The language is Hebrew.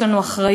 יש לנו אחריות,